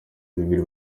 bibiri